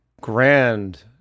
grand